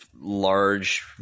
large